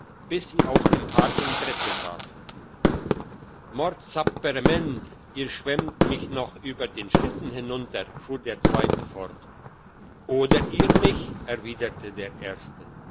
bis sie auf dem harten brette sassen mordsapperment ihr schwemmt mich noch über den schlitten hinunter fuhr der zweite fort oder ihr mich erwiderte der erste